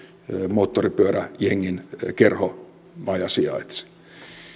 moottoripyöräjengin kerhomaja sijaitsi